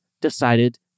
decided